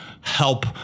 help